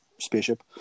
spaceship